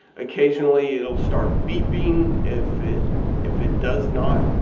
occasionally it'll start beeping. if it if it does not,